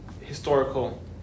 historical